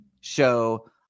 show